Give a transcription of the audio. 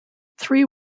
three